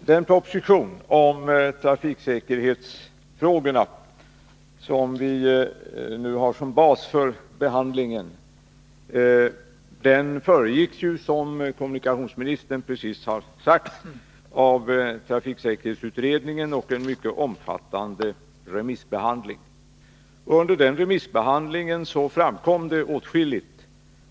Herr talman! Den proposition om trafiksäkerhetsfrågorna som vi nu har som bas för behandlingen föregicks, som kommunikationsministern precis har sagt, av trafiksäkerhetsutredningen och en mycket omfattande remissbehandling. Under den remissbehandlingen framkom åtskilligt